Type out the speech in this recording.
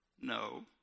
No